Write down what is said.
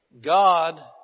God